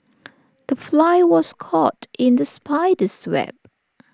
the fly was caught in the spider's web